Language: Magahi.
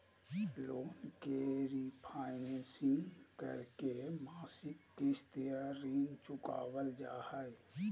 लोन के रिफाइनेंसिंग करके मासिक किस्त या ऋण चुकावल जा हय